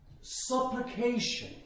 supplication